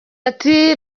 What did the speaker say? ati